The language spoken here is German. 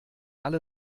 alle